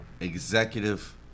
executive